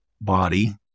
body